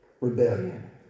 rebellion